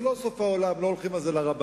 עכשיו, זה לא סוף העולם, לא הולכים על זה לרבנות.